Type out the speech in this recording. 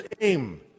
aim